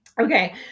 Okay